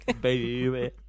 Baby